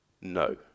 No